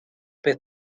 peth